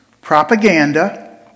propaganda